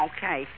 Okay